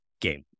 game